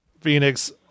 Phoenix